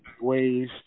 ways